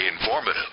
informative